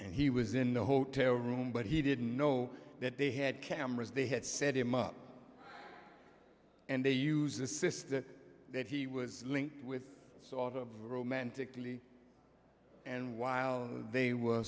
and he was in the hotel room but he didn't know that they had cameras they had set him up and they use a system that he was linked with so out of romantically and while they were